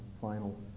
final